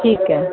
ਠੀਕ ਹੈ